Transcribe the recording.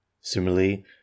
Similarly